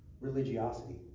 religiosity